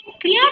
clear